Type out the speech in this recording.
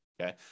Okay